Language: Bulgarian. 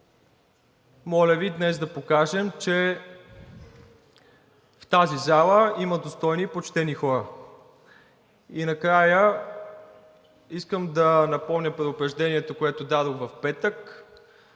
моля Ви днес да покажем, че в тази зала има достойни и почтени хора. И накрая, искам да напомня предупреждението, което дадох в петък: